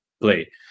play